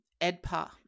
EDPA